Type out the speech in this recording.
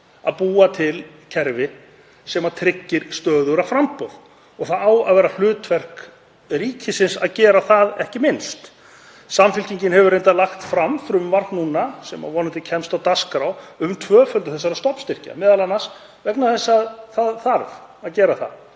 að búa til kerfi sem tryggir stöðugra framboð og það á að vera hlutverk ríkisins að gera það, ekki minnst. Samfylkingin hefur reyndar lagt fram frumvarp sem vonandi kemst á dagskrá, um tvöföldun þessara stofnstyrkja, m.a. vegna þess að það þarf að gera það